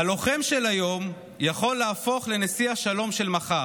הלוחם של היום יכול להפוך לנשיא השלום של מחר,